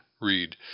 read